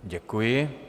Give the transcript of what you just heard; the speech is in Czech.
Děkuji.